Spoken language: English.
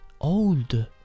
old